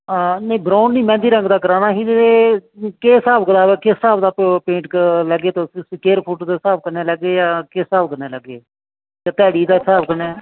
ना ब्राऊन निं मेहंदी रंग दा कराना ही ते केह् स्हाब कताब ऐ किस स्हाब कताब दा पेंट लागे तुस स्कवेयर फुट दे स्हाब कन्नै लेगै जां किस स्हाब कन्नै लेगै जां ध्याड़ी दे स्हाब कन्नै